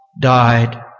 died